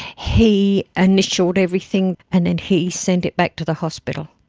he initialled everything, and then he sent it back to the hospital.